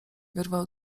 wyrwał